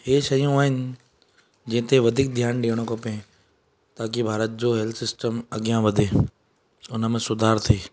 हीअ शयूं आहिनि जंहिं ते वधीक ध्यानु ॾेयणो खपे ताक़ी भारत जो हेल्थ सिस्टम अॻियां वधे उनमें सुधार थिए